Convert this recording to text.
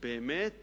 שבאמת